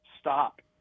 stop